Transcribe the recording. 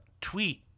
tweet